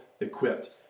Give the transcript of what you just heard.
equipped